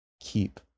keep